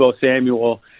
Samuel